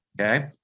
Okay